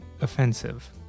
offensive